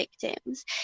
victims